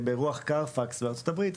ברוח Car fax שבארצות הברית,